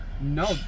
No